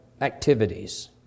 activities